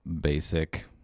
basic